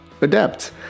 adept